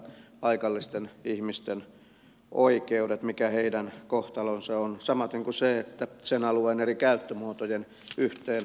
minua kyllä huolettavat paikallisten ihmisten oikeudet mikä heidän kohtalonsa on samaten kuin sen alueen eri käyttömuotojen yhteensovittaminen